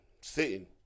sitting